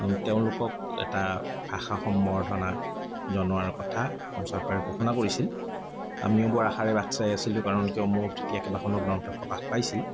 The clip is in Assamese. তেওঁলোকক এটা ভাষা সম্বৰ্ধনা জনোৱাৰ কথা অসম চৰকাৰে ঘোষণা কৰিছিল আমিও বৰ আশাৰে বাট চাই আছিলোঁ কাৰণ কিয় মোৰ তেতিয়া কেইবাখনো গ্ৰন্থ প্ৰকাশ পাইছিল